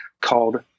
called